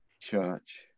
Church